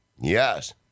Yes